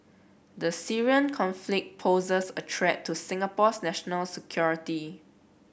the Syrian conflict poses a threat to Singapore's national security